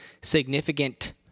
significant